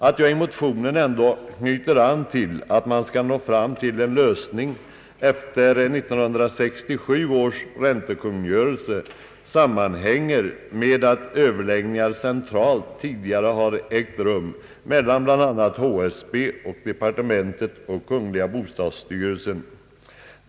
Att jag i motionen ändå knyter an till att man bör nå fram till en lösning efter 1967 års räntekungörelse sammanhänger med att centrala överläggningar tidigare har ägt rum mellan bl.a. HSB samt departementet och kungl. bostadsstyrelsen.